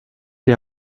die